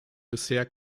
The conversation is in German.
bisher